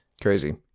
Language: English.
Crazy